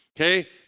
okay